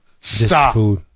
Stop